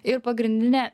ir pagrindinė